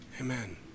Amen